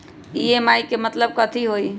EMI के मतलब कथी होई?